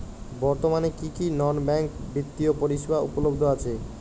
বর্তমানে কী কী নন ব্যাঙ্ক বিত্তীয় পরিষেবা উপলব্ধ আছে?